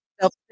Self